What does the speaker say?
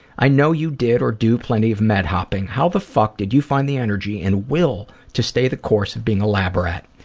i know you did, or do plenty of med-hopping. how the fuck did you find the energy and will to stay the course of being a lab rat?